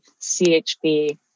CHB